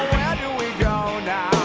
do we go now?